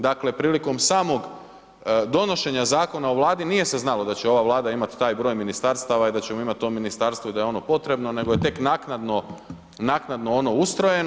Dakle, prilikom samog donošenja zakona u Vladi nije se znalo da će ova Vlada imat taj broj ministarstava i da ćemo imati to ministarstvo i da je ono potrebno, nego je tek naknadno ono ustrojeno.